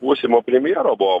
būsimo premjero buvo